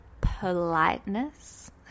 politeness